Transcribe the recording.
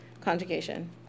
conjugation